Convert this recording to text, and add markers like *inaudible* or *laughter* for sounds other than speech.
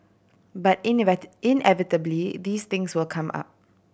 but *unintelligible* inevitably these things will come up